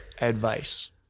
advice